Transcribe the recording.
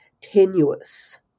tenuous